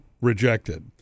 rejected